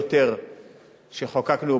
שר התקשורת,